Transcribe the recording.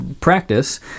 practice